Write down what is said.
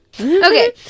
Okay